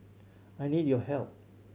I need your help